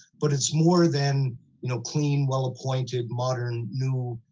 but it's more than you know clean, well-appointed, modern, new